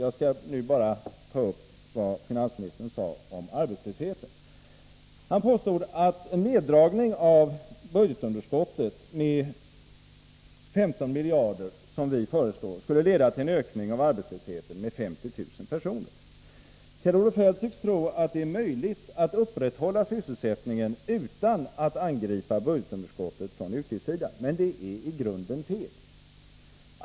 Jag skall nu bara ta upp vad finansministern sade om arbetslösheten. Han påstod att en neddragning av budgetunderskottet med 15 miljarder, som vi föreslår, skulle leda till en ökning av arbetslösheten med 50 000 personer. Kjell-Olof Feldt tycks tro att det är möjligt att upprätthålla sysselsättningen utan att angripa budgetunderskottet från utgiftssidan. Men det är i grunden fel.